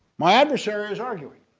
my adversary is arguing,